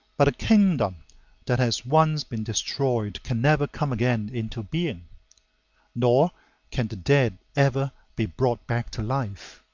but a kingdom that has once been destroyed can never come again into being nor can the dead ever be brought back to life.